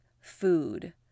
food